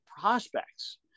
prospects